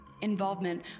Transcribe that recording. involvement